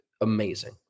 amazing